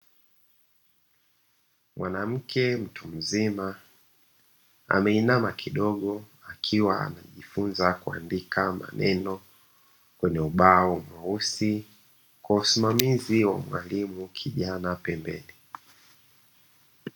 Mwanamke mtu mzima ameinama kidogo akiwa anajifunza kuandika maneno kwenye ubao mweusi kwa usimamizi wa mwalimu kijana pembeni.